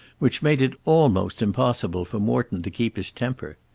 which made it almost impossible for morton to keep his temper.